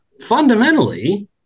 Fundamentally